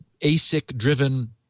ASIC-driven